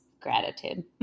gratitude